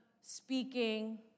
speaking